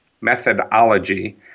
methodology